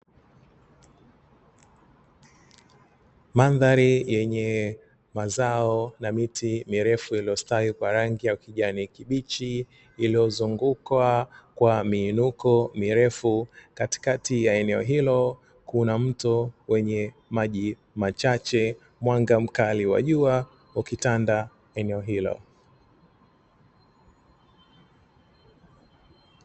Mandhari yenye mazao na miti mirefu iliyostawi kwa rangi ya kijani kibichi, iliyozungukwa kwa miinuko mirefu katikati ya eneo hilo, kuna mtu mwenye maji machache, mwanga mkali wa jua ukitanda eneo hilo.